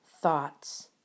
thoughts